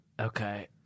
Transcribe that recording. Okay